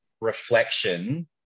reflection